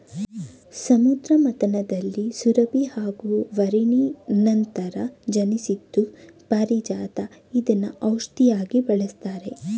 ಸಮುದ್ರ ಮಥನದಲ್ಲಿ ಸುರಭಿ ಹಾಗೂ ವಾರಿಣಿ ನಂತರ ಜನ್ಸಿದ್ದು ಪಾರಿಜಾತ ಇದ್ನ ಔಷ್ಧಿಯಾಗಿ ಬಳಸ್ತಾರೆ